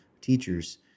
teachers